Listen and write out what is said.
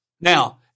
Now